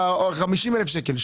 50,000 שקלים,